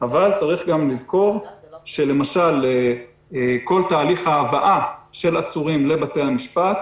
אבל צריך גם לזכור שלמשל כל תהליך ההבאה של עצורים לבתי המשפט,